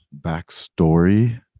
backstory